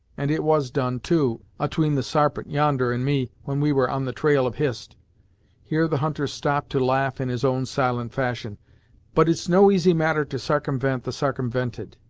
and it was done, too, atween the sarpent, yonder, and me, when we were on the trail of hist here the hunter stopped to laugh in his own silent fashion but it's no easy matter to sarcumvent the sarcumvented.